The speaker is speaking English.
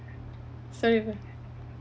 sorry about